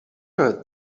her